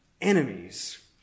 enemies